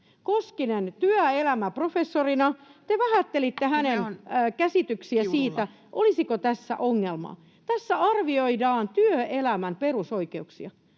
Partasen välihuuto] ...te vähättelitte hänen käsityksiään siitä, olisiko tässä ongelmaa. Tässä arvioidaan työelämän perusoikeuksia,